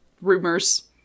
rumors